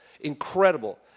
incredible